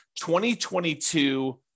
2022